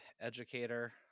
educator